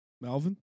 Melvin